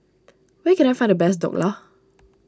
where can I find the best Dhokla